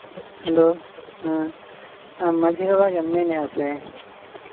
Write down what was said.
hello ᱦᱮᱸ ᱟᱢ ᱢᱟᱹᱡᱷᱤ ᱵᱟᱵᱟ ᱜᱮᱢ ᱢᱮᱱᱮᱜᱼᱟ ᱥᱮ